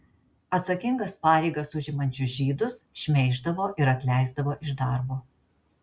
atsakingas pareigas užimančius žydus šmeiždavo ir atleisdavo iš darbo